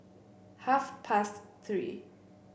half past Three